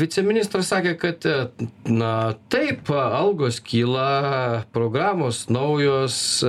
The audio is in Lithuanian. viceministras sakė kad na taip algos kyla programos naujos